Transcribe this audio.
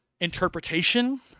interpretation